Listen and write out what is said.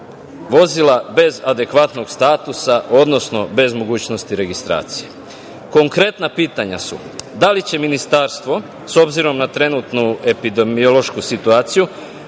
vozila bez adekvatnog statusa, odnosno bez mogućnosti registracije. Konkretna pitanja su da li će Ministarstvo, s obzirom na trenutnu epidemiološku situaciju,